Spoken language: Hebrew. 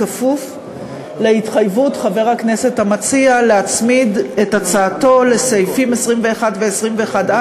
בכפוף להתחייבות חבר הכנסת המציע להצמיד את הצעתו לסעיפים 21 ו-21א